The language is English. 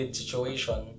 situation